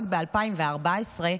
רק ב-2014,